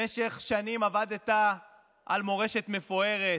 במשך שנים עבדת על מורשת מפוארת,